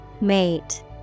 Mate